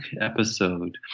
episode